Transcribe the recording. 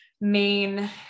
main